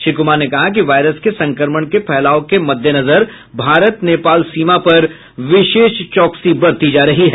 श्री कुमार ने कहा कि वायरस के संक्रमण के फैलाव के मददेनजर भारत नेपाल सीमा पर विशेष ध्यान दिया जा रहा है